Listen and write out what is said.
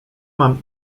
mam